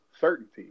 Certainty